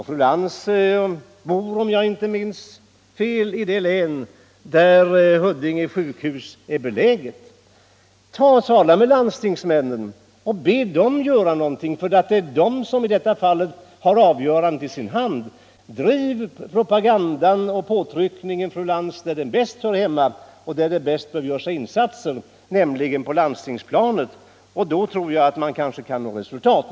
Fru Lantz bor, om jag inte mins fel, i det län där Huddinge sjukhus är beläget. Tala med landstingsmännen och be dem göra något, för det är de som i detta fall har avgörandet i sin hand. Sprid propagandan och påtryckningen, fru Lantz, där de hör hemma och där insatserna bäst behövs, nämligen på landstingsplanet. Då tror jag att man kanske kan nå resultat.